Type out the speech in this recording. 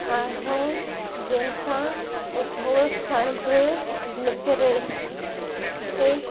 आहियूं जंहिं सां उहो सणभ निकि रे रे